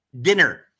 dinner